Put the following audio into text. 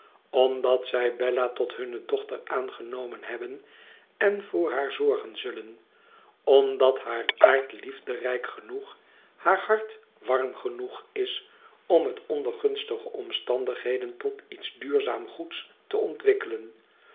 omdat zij bella tot hunne dochter aangenomen hebben en voor haar zorgen zullen omdat haar aard liefderijk genoeg haar hart warm genoeg is om het onder gunstige omstandigheden tot iets duurzaam goeds te ontwikkelen